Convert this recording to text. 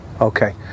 okay